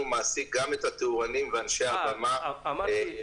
מעסיק גם את התאורנים ואנשי הבמה --- אמרתי ,